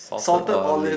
salted olive